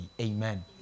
Amen